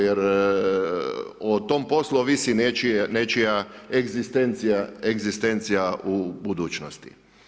Jer o tom poslu ovisi nečija egzistencija u budućnosti.